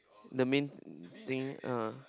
the main thing ah